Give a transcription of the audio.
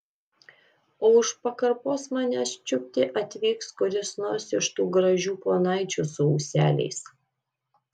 o už pakarpos manęs čiupti atvyks kuris nors iš tų gražių ponaičių su ūseliais